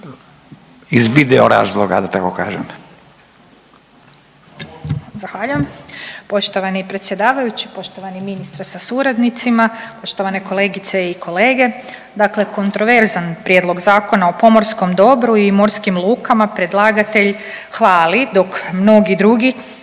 Ružica (Nezavisni)** Zahvaljujem. Poštovani predsjedavajući, poštovani ministre sa suradnicima, poštovane kolegice i kolege, dakle kontroverzan Prijedlog Zakona o pomorskom dobru i morskim lukama predlagatelj hvali dok mnogi drugi